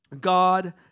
God